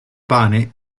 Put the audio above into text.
pane